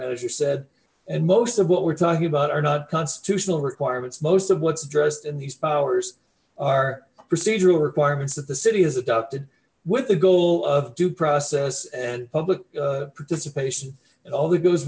manager said and most of what we're talking about are not constitutional requirements most of what's addressed in these powers are procedural requirements that the city has adopted with the goal of due process and public participation and all that goes